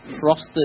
frosted